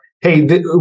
hey